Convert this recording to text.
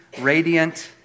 radiant